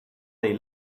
they